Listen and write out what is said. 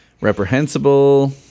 Reprehensible